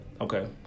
okay